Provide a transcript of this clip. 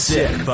Sick